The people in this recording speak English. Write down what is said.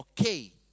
Okay